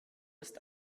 ist